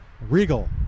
Regal